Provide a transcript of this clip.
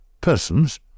persons